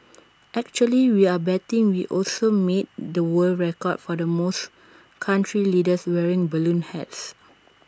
actually we're betting we also made the world record for the most country leaders wearing balloon hats